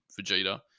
Vegeta